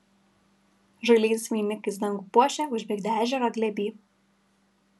žaliais vainikais dangų puošia užmigdę ežerą glėby